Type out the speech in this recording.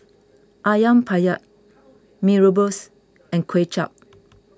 Ayam Penyet Mee Rebus and Kway Chap